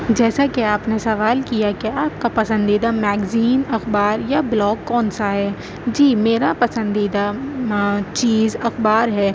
جیسا کہ آپ نے سوال کیا کہ آپ کا پسندیدہ میگزین اخبار یا بلاگ کون سا ہے جی میرا پسندیدہ چیز اخبار ہے